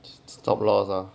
stop loss are